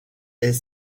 est